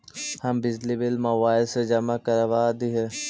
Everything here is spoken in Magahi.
हम बिजली बिल मोबाईल से जमा करवा देहियै?